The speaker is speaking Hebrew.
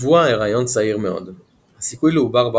שבוע ההריון צעיר מאוד - הסיכוי לעובר בר